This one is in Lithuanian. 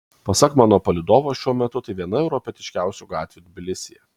pasak mano palydovo šiuo metu tai viena europietiškiausių gatvių tbilisyje